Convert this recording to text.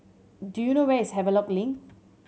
do you know where is Havelock Link